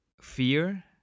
fear